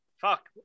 Fuck